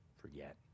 forget